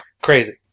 Crazy